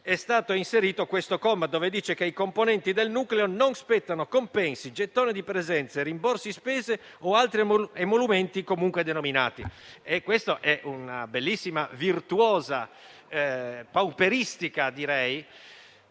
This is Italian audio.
È stato inserito questo comma, nel quale si dice che ai componenti del nucleo non spettano compensi, gettoni di presenza e rimborsi spese o altri emolumenti comunque denominati. Questa è una bellissima, virtuosa, direi